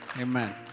amen